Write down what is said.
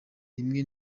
rimwe